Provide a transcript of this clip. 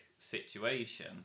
situation